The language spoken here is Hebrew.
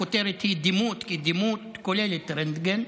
הכותרת היא דימות, כי דימות כולל את הרנטגן,